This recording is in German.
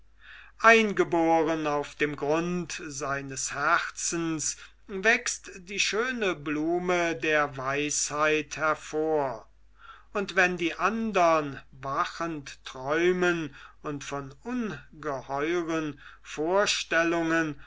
eingeboren auf dem grund seines herzens wächst die schöne blume der weisheit hervor und wenn die andern wachend träumen und von ungeheuren vorstellungen